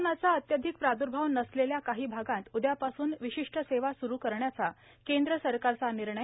कोरोंनाचा अत्यधिक प्रादुर्भाव नसलेल्या काही भागात उदयापासून विशिष्ट सेवा सुरू करण्याचा केंद्र शासनाचा निर्णय